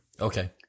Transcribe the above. Okay